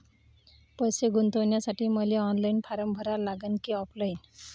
पैसे गुंतन्यासाठी मले ऑनलाईन फारम भरा लागन की ऑफलाईन?